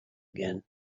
again